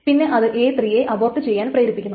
പിന്നെ അത് a3 യെ അബോർട്ട് ചെയ്യാൻ പ്രേരിപ്പിക്കുന്നു